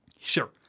Sure